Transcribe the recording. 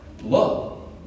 Love